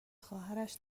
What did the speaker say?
خواهرش